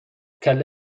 کله